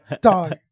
Dog